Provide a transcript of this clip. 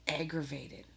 aggravated